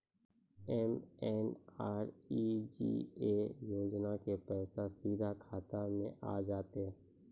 MNREGA योजना के पैसा सीधा खाता मे आ जाते?